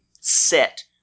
set